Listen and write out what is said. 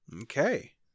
okay